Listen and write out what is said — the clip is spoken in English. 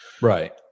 Right